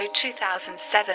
2007